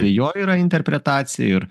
jo yra interpretacija ir